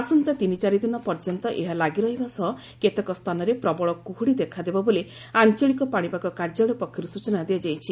ଆସନ୍ତା ତିନି ଚାରି ଦିନ ପର୍ଯ୍ୟନ୍ତ ଏହା ଲାଗି ରହିବା ସହ କେତେକ ସ୍ସାନରେ ପ୍ରବଳ କୃହ୍ଡ଼ି ଦେଖାଦେବ ବୋଲି ଆଞଳିକ ପାଶିପାଗ କାର୍ଯ୍ୟାଳୟ ସ୍ଚନା ଦେଇଛି